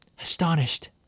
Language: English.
Astonished